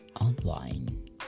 online